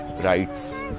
rights